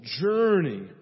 journey